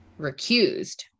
recused